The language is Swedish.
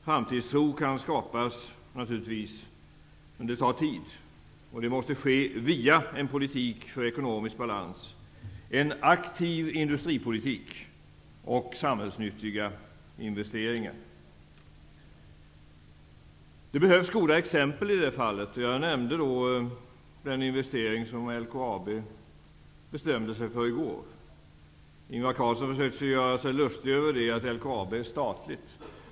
Framtidstro kan naturligtvis skapas, men det tar tid, och det måste ske via en politik för ekonomisk balans, en aktiv industripolitik och samhällsnyttiga investeringar. Det behövs goda exempel, och jag nämnde den investering som LKAB i går bestämde sig för. Ingvar Carlsson försökte göra sig lustig över att LKAB är statligt.